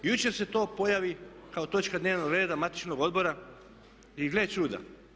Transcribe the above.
I jučer se to pojavi kao točka dnevnog reda matičnog odbora i gle čuda.